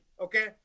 okay